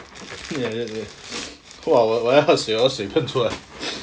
like that lor !wah! like that 喝水喝水喷出来